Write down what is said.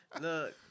Look